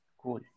Cool